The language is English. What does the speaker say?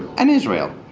and israel.